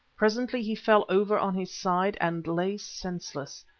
presently he fell over on his side, and lay senseless.